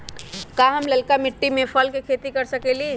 का हम लालका मिट्टी में फल के खेती कर सकेली?